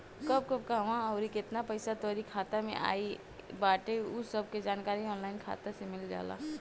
कब कब कहवा अउरी केतना पईसा तोहरी खाता में आई बाटे उ सब के जानकारी ऑनलाइन खाता से मिल जाला